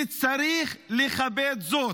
וצריך לכבד זאת.